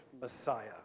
Messiah